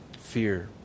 Fear